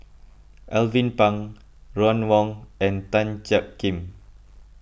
Alvin Pang Ron Wong and Tan Jiak Kim